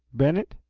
bennett,